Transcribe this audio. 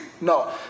No